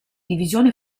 divisione